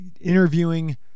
interviewing